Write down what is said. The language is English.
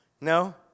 no